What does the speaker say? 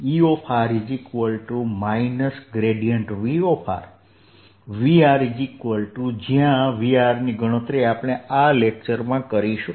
E Vr Vr જ્યાં Vrની ગણતરી આપણે આ લેક્ચરમાં કરીશું